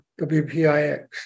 WPIX